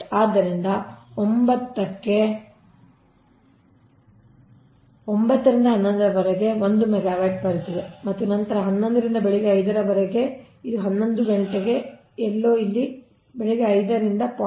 ಆದ್ದರಿಂದ 9 ಕ್ಕೆ 9 ರಿಂದ 11 ರವರೆಗೆ ಅದು 1 ಮೆಗಾವ್ಯಾಟ್ ಬರುತ್ತಿದೆ ಮತ್ತು ನಂತರ 11 ರಿಂದ ಬೆಳಿಗ್ಗೆ 5 ರವರೆಗೆ ಇದು 11 ಗಂಟೆಗೆ ಎಲ್ಲೋ ಇಲ್ಲಿ ಬೆಳಿಗ್ಗೆ 5 ರಿಂದ ಇದು 0